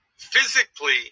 physically